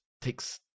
takes